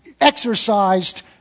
exercised